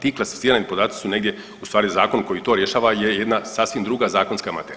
Ti klasificirani podaci su negdje, u stvari zakon koji to rješava je jedna sasvim druga zakonska materija.